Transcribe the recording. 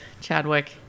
Chadwick